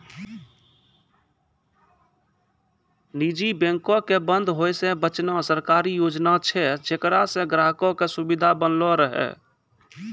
निजी बैंको के बंद होय से बचाना सरकारी योजना छै जेकरा से ग्राहको के सुविधा बनलो रहै